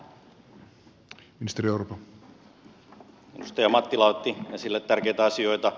edustaja mattila otti esille tärkeitä asioita